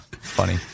Funny